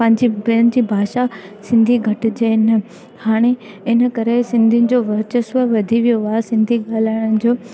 पंहिंजे ॿियनि जी भाषा सिंधी घटिजे न हाणे इन करे सिंधियुनि जो वर्चस्व वधी वियो आहे सिंधी ॻाल्हाइण जो